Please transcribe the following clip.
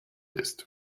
ist